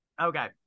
Okay